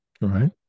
right